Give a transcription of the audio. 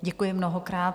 Děkuji mnohokrát.